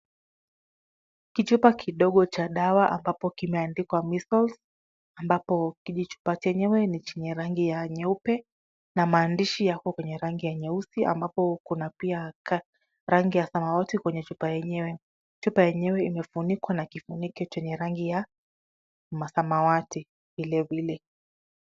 Kichupa kidogo cha dawa ambapo kimeandikwa measles ambapo kijichupa chenyewe ni chenye rangi ya nyeupe na maandishi yako kwenye rangi ya nyeusi ambapo kuna pia rangi ya samwati kwenye chupa yenyewe. Chupa yenyewe imefunikwa na kifuniko chenye rangi ya samawati vilevile.